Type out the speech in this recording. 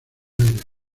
aires